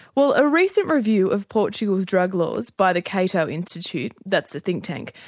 well a recent review of portugal's drug laws by the cato institute, that's a think-tank,